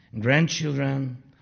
grandchildren